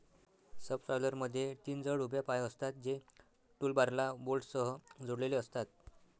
सबसॉयलरमध्ये तीन जड उभ्या पाय असतात, जे टूलबारला बोल्टसह जोडलेले असतात